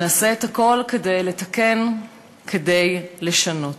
נעשה את הכול כדי לתקן, כדי לשנות.